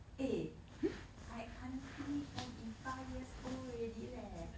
eh I auntie forty five years old already leh